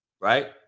right